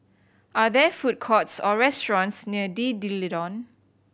are there food courts or restaurants near D D'Leedon